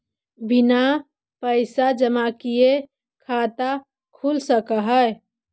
बिना पैसा जमा किए खाता खुल सक है?